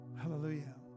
hallelujah